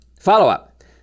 Follow-up